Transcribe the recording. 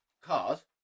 cars